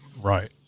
Right